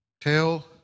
tell